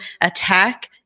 attack